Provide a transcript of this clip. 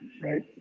right